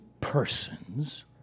persons